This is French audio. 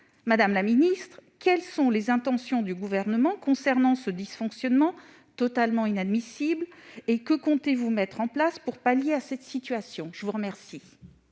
Madame la ministre, quelles sont les intentions du Gouvernement concernant ce dysfonctionnement totalement inadmissible ? Que comptez-vous mettre en place pour y remédier ? La parole est à Mme